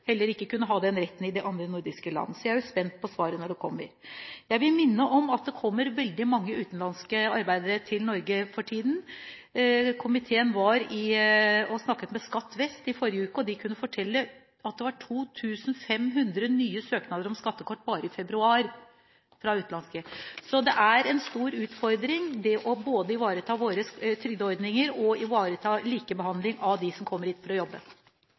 heller ikke kunne ha den retten i de andre nordiske landene. Jeg er spent på svaret når det kommer. Jeg vil minne om at det kommer veldig mange utenlandske arbeidere til Norge for tiden. Komiteen var og snakket med Skatt vest i forrige uke, og de kunne fortelle at det var 2 500 nye søknader om skattekort fra utlendinger bare i februar. Det er en stor utfordring både å ivareta våre trygdeordninger og å ivareta likebehandling av dem som kommer hit for å jobbe.